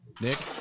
Nick